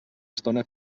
estona